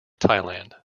thailand